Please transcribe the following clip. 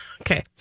Okay